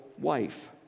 wife